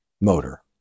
motor